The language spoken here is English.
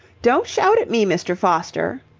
don't shout at me, mr. foster!